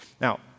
Now